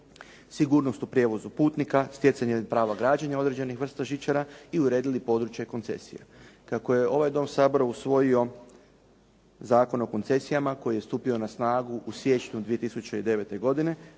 sigurnost u prijevozu putnika, stjecanja prava građenja određenih vrsta žičara i uredili područje koncesije. Kako je ovaj dom Sabora usvojio Zakon o koncesijama koji je stupio na snagu u siječnju 2009. godine,